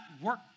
work